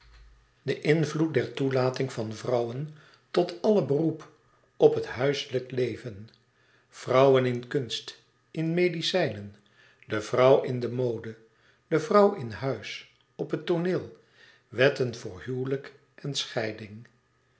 de invloed der toelating van vrouwen tot alle beroep op het huiselijk leven vrouwen in kunst in medicijnen de vrouw in de mode de vrouw in huis op het tooneel wetten voor huwelijk en scheiding